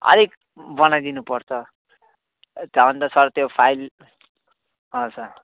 अलिक बनाइदिनुपर्छ त्यो भन्दा सर त्यो फाइल अँ सर